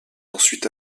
ensuite